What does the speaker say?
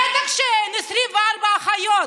בטח שאין, 24 אחיות.